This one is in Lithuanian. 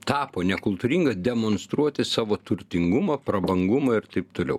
tapo nekultūringa demonstruoti savo turtingumą prabangumą ir taip toliau